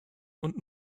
und